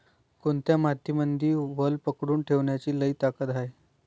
कोनत्या मातीमंदी वल पकडून ठेवण्याची लई ताकद हाये?